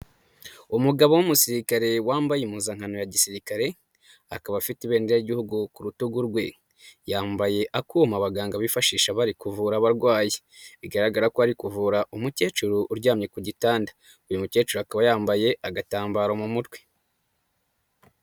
Umugabo w'umusirikare wambaye impuzankano ya gisirikare, akaba afite ibendera ry'igihugu ku rutugu rwe, yambaye akuma abaganga bifashisha bari kuvura abarwayi, bigaragara ko ari kuvura umukecuru uryamye ku gitanda, uyu mukecuru akaba yambaye agatambaro mu mutwe.